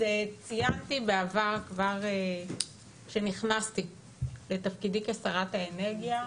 ציינתי בעבר כבר כשנכנסתי לתפקידי כשרת האנרגיה,